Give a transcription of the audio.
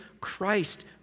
Christ